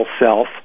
self